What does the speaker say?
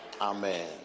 Amen